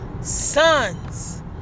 sons